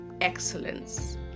Excellence